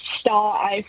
star